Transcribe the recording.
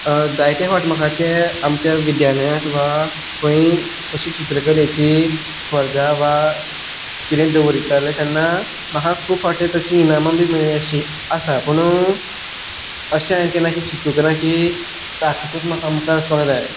जायते फावट म्हाका तें आमच्या विद्यालयांत वा खंय अशी चित्रकलेची स्पर्धा वा कितें दवरताले तेन्ना म्हाका खूब फावटी तशीं इनामां बी मेळिल्लीं अशीं आसा पुणून अशें हांवें केन्ना चिंतूंक ना की तातुंकूच म्हाका मुखार वचपाक जाय